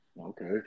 Okay